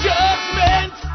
Judgment